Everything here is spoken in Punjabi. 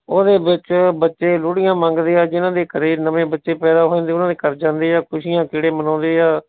ਉਹਦੇ ਵਿੱਚ ਬੱਚੇ ਲੋਹੜੀਆਂ ਮੰਗਦੇ ਆ ਜਿਹਨਾਂ ਦੇ ਘਰੇ ਨਵੇਂ ਬੱਚੇ ਪੈਂਦਾ ਹੋਏ ਹੁੰਦੇ ਉਹਨਾਂ ਦੇ ਘਰ ਜਾਂਦੇ ਆ ਖੁਸ਼ੀਆਂ ਖੇੜੇ ਮਨਾਉਂਦੇ ਆ